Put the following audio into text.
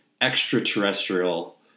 extraterrestrial